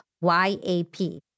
Y-A-P